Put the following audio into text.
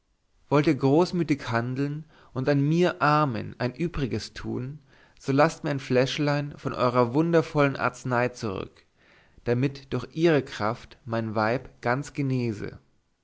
wollt ihr großmütig handeln und an mir armen ein übriges tun so laßt mir ein fläschlein von eurer wundervollen arznei zurück damit durch ihre kraft mein weib ganz genese